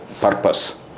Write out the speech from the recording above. purpose